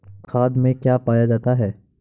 खाद में क्या पाया जाता है?